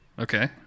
okay